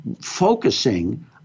focusing